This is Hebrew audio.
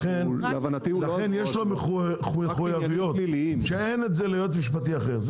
לכן יש לו מחויבויות שאין את זה ליועץ משפטי אחר.